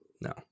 no